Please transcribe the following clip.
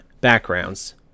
backgrounds